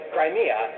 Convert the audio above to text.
Crimea